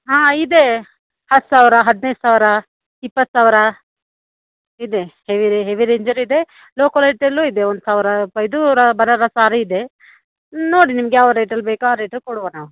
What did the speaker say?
ಹಾಂ ಇದೆ ಹತ್ತು ಸಾವಿರ ಹದ್ನೈದು ಸಾವಿರ ಇಪ್ಪತ್ತು ಸಾವಿರ ಇದೆ ಹೇವಿ ಹೆವಿ ರೇಂಜಲ್ಲೂ ಇದೆ ಲೊ ಕ್ವಾಲಿಟಿಯಲ್ಲೂ ಇದೆ ಒಂದು ಸಾವ್ರ ರೂಪಾಯಿದ್ದು ಬ ಬನಾರಸ್ ಸಾರಿ ಇದೆ ನೋಡಿ ನಿಮಗೆ ಯಾವ ರೇಟಲ್ಲಿ ಬೇಕೋ ಆ ರೇಟಲ್ಲಿ ಕೊಡುವ ನಾವು